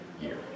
year